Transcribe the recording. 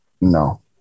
No